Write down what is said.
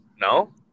no